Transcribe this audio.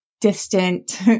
distant